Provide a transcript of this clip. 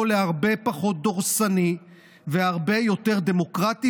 להרבה פחות דורסני והרבה יותר דמוקרטי,